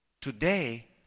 Today